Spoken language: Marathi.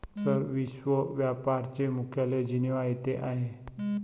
सर, विश्व व्यापार चे मुख्यालय जिनिव्हा येथे आहे